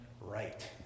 right